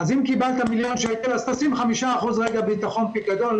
אז אם קיבלת מיליון שקל אז תשים 5% ביטחון פיקדון,